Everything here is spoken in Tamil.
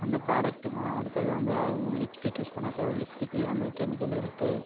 அந்த பிராடக்டுங்க அடுத்தது வந்து லிப்ஸ்டிக் யூஸ் பண்ணக்கூடாது லிப்டிக்லேயும் வந்து கெமிக்கல் இருக்கு